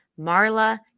Marla